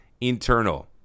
internal